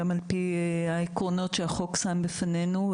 גם על-פי העקרונות שהחוק שם בפנינו.